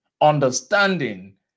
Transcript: understanding